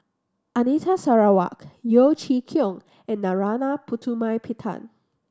Anita Sarawak Yeo Chee Kiong and Narana Putumaippittan